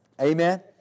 Amen